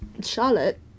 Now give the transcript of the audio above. Charlotte